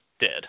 dead